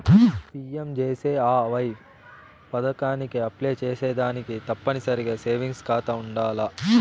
PMJJAY పదకానికి apply సేసేదానికి తప్పనిసరిగా సేవింగ్స్ కాతా ఉండాల్ల